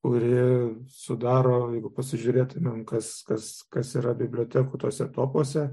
kuri sudaro jeigu pasižiūrėtumėm kas kas kas yra bibliotekų tuose topuose